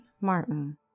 Martin